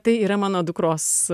tai yra mano dukros